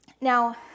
Now